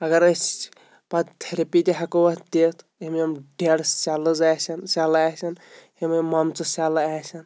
اگر أسۍ پَتہٕ تھیٚرِپی تہِ ہٮ۪کو اَتھ دِتھ یِم یِم ڈٮ۪ڈ سٮ۪لٕز آسن سٮ۪لہٕ آسن یِم یِم موٚمژٕ سٮ۪لہٕ آسن